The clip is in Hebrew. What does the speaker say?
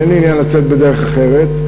אין לי עניין לצאת בדרך אחרת,